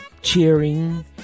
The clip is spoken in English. cheering